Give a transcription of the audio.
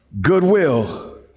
Goodwill